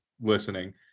listening